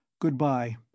Goodbye